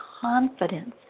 confidence